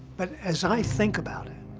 but as i think about it,